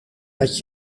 dat